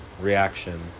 reaction